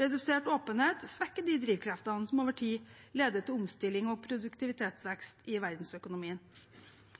redusert åpenhet svekker de drivkreftene som over tid leder til omstilling og produktivitetsvekst i verdensøkonomien.